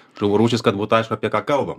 žuvų rūšys kad būtų aišku apie ką kalbam